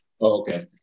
Okay